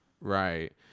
Right